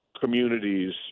communities